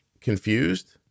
confused